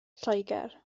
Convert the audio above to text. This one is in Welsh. lloegr